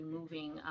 moving